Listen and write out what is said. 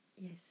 yes